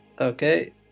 Okay